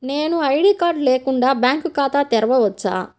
నేను ID card లేకుండా bank ఖాతా తెరవచ్చా?